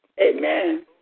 Amen